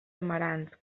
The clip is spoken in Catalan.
amarants